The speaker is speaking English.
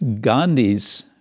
Gandhi's